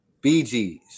BGs